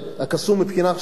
הקסום מבחינה שלילית.